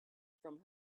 from